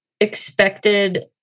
expected